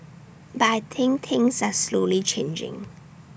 but I think things are slowly changing